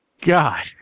god